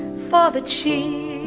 father, she